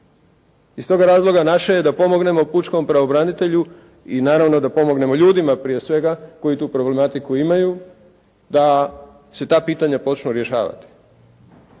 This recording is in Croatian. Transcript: iz tog razloga naše je da pomognemo pučkom pravobranitelju i naravno da pomognemo ljudima prije svega koji tu problematiku imaju, da se ta pitanja počnu rješavati.